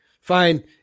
fine